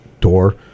door